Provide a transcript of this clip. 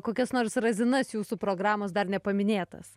kokias nors razinas jūsų programos dar nepaminėtas